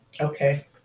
Okay